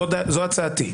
זאת הצעתי.